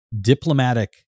diplomatic